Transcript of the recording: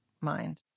mind